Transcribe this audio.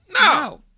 no